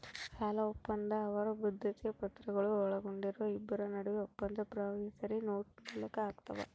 ಸಾಲಒಪ್ಪಂದ ಅವರ ಬದ್ಧತೆಯ ಪತ್ರಗಳು ಒಳಗೊಂಡಿರುವ ಇಬ್ಬರ ನಡುವೆ ಒಪ್ಪಂದ ಪ್ರಾಮಿಸರಿ ನೋಟ್ ಮೂಲಕ ಆಗ್ತಾವ